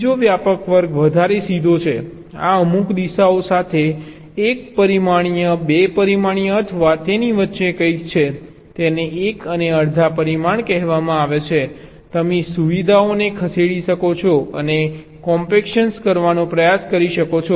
બીજો વ્યાપક વર્ગ વધારે સીધો છે આ અમુક દિશાઓ સાથે 1 પરિમાણીય 2 પરિમાણ અથવા તેની વચ્ચે કંઈક છે તેને 1 અને અડધા પરિમાણ કહેવામાં આવે છે તમે સુવિધાઓને ખસેડી શકો છો અને કોમ્પેક્શન કરવાનો પ્રયાસ કરી શકો છો